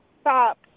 stop